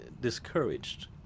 discouraged